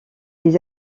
des